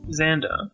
Xander